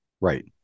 Right